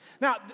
Now